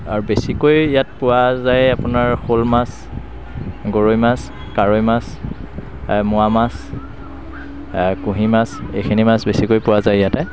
আৰু বেছিকৈ ইয়াত পোৱা যায় আপোনাৰ শ'ল মাছ গৰৈ মাছ কাৱৈ মাছ মোৱা মাছ কুঁহি মাছ এইখিনি মাছ পোৱা যায় ইয়াতে